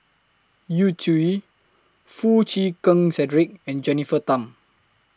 Yu Zhuye Foo Chee Keng Cedric and Jennifer Tham